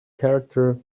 character